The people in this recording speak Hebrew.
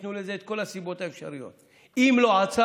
ותיתנו לזה את כל הסיבות האפשריות, אם לא עצרנו,